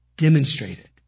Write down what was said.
Demonstrated